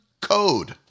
code